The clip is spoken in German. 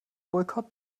boykott